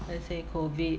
then I say COVID